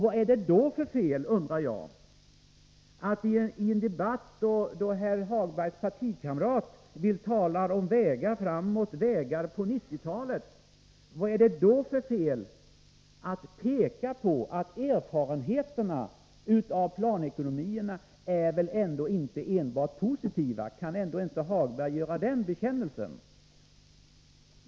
Vad är det för fel att vi i en debatt, där Lars-Ove Hagbergs partikamrat talar om vägar framåt och vägar på 1990-talet, pekar på att erfarenheterna av planekonomierna inte enbart är positiva? Kan inte Lars-Ove Hagberg ändå göra den bekännelsen?